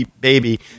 baby